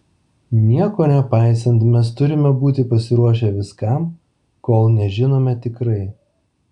nieko nepaisant mes turime būti pasiruošę viskam kol nežinome tikrai